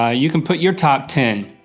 ah you can put your top ten.